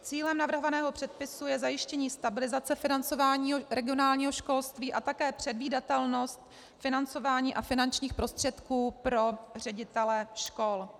Cílem navrhovaného předpisu je zajištění stabilizace financování regionálního školství a také předvídatelnost financování a finančních prostředků pro ředitele škol.